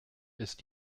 ist